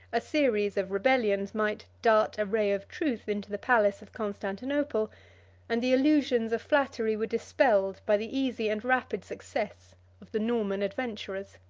a series of rebellions might dart a ray of truth into the palace of constantinople and the illusions of flattery were dispelled by the easy and rapid success of the norman adventurers.